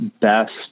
best